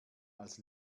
als